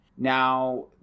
Now